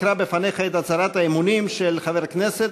אקרא בפניך את הצהרת האמונים של חבר הכנסת,